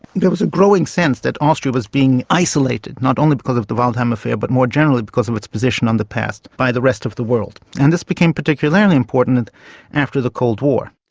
there was a growing sense that austria was being isolated, not only because of the waldheim affair but more generally because of its position on the past, by the rest of the world. and this became a particularly important after the cold war.